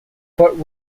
but